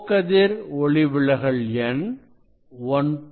O ஒளி விலகல் எண் 1